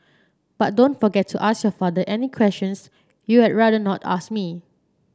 but don't forget to ask your father any questions you had rather not ask me